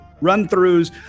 run-throughs